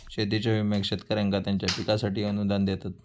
शेतीच्या विम्याक शेतकऱ्यांका त्यांच्या पिकांसाठी अनुदान देतत